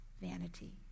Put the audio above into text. vanity